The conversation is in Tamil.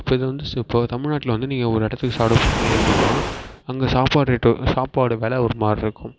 இப்போ இது வந்து இப்போது தமிழ்நாட்டில் வந்து நீங்கள் ஒரு இடத்துக்கு சாப்பிட போறீங்க அப்படின்னா அங்கே சாப்பாடு ரேட்டும் சாப்பாடு வெலை ஒரு மாதிரி இருக்கும்